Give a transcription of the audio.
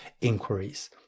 inquiries